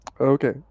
okay